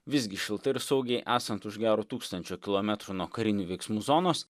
visgi šiltai ir saugiai esant už gero tūkstančio kilometrų nuo karinių veiksmų zonos